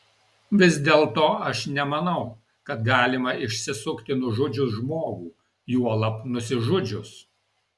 vis dėlto aš nemanau kad galima išsisukti nužudžius žmogų juolab nusižudžius